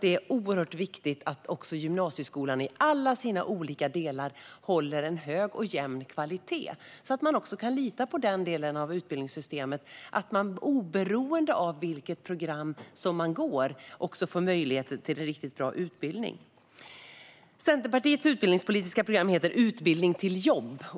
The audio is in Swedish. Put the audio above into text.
Det är viktigt att också gymnasieskolan i alla dess delar håller en hög och jämn kvalitet, så att man kan lita på att man oberoende av vilket program man går får möjlighet till en riktigt bra utbildning. Centerpartiets utbildningspolitiska program heter Utbildning till jobb .